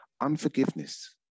Unforgiveness